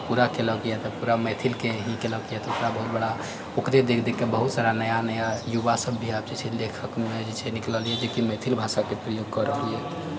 पूरा केलक यऽ तऽ पूरा मैथिलके ही केलक यऽ तऽ ओकरा बहुत बड़ा ओकरे देख देख कऽ बहुत सारा नया नया युवा सब भी आब जे छै लेखकमे निकलल यऽ जे कि मैथिल भाषाके प्रयोग कऽ रहलैए